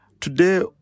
Today